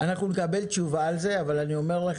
אנחנו נקבל תשובה על זה אבל אני אומר לך